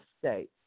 state